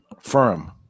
Firm